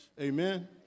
Amen